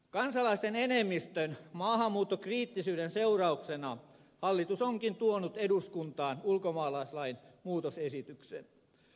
kansalaisten enemmistön maahanmuuttokriittisyyden seurauksena hallitus onkin tuonut eduskuntaan ulkomaalaislain muutosesityksen